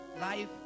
life